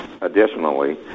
Additionally